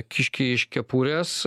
kiškiai iš kepurės